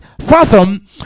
fathom